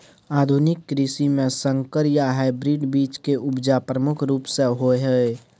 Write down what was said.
आधुनिक कृषि में संकर या हाइब्रिड बीज के उपजा प्रमुख रूप से होय हय